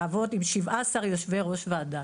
לעבוד עם 17 יושבי ראש ועדה